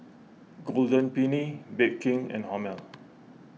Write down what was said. Golden Peony Bake King and Hormel